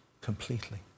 completely